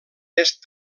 est